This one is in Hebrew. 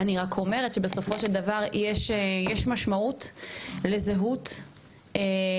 אני רק אומרת שבסופו של דבר יש משמעות לזהות המתלונן.